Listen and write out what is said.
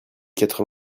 quatre